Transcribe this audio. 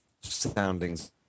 soundings